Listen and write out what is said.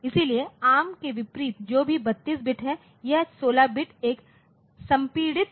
इसलिए एआरएम के विपरीत जो कि 32 बिट है यह 16 बिट एक संपीड़ित रूप में संग्रहीत है